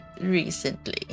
recently